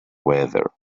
weather